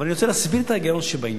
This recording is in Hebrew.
אבל אני רוצה להסביר את ההיגיון שבעניין.